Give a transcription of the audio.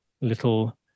little